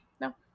No